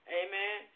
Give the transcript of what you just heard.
amen